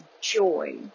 joy